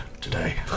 today